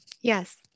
Yes